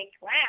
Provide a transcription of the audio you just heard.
wow